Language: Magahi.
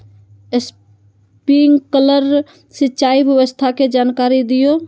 स्प्रिंकलर सिंचाई व्यवस्था के जाकारी दिऔ?